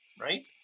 right